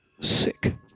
Sick